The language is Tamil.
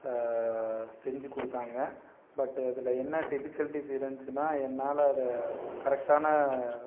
செஞ்சு கொடுத்தாங்க பட்டு அதில் என்ன டிஃபிகல்ட்டிஸ் இருந்துச்சுன்னால் என்னால் அதை கரெக்டான